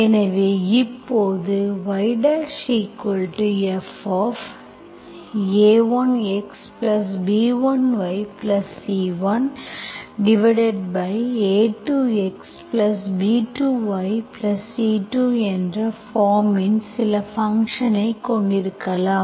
எனவே இப்போதுyfa1xb1yC1a2xb2yC2 என்ற பார்ம்இன் சில ஃபங்க்ஷன் ஐக் கொண்டிருக்கலாம்